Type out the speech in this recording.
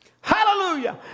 Hallelujah